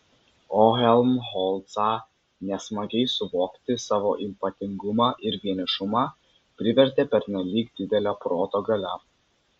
o helmholcą nesmagiai suvokti savo ypatingumą ir vienišumą privertė pernelyg didelė proto galia